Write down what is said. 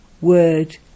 word